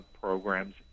programs